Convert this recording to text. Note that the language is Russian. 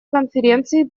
конференции